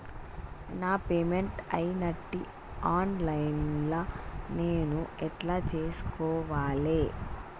నా పేమెంట్ అయినట్టు online లా నేను ఎట్ల చూస్కోవాలే?